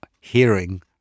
hearing